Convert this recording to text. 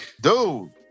dude